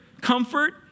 comfort